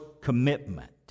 commitment